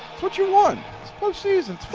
it's what you want, it's post season,